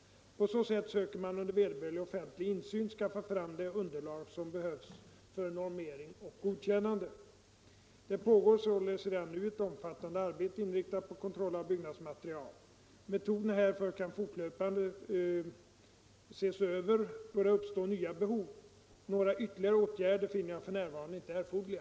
På så sätt söker man under vederbörlig offentlig insyn skaffa fram det underlag som behövs för normering och godkännande. Det pågår således redan nu ett omfattande arbete inriktat på kontroll av byggnadsmaterial. Metoderna härför kan fortlöpande ses över då det uppstår nya behov. Några ytterligare åtgärder finner jag f.n. inte erforderliga.